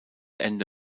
ende